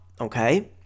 okay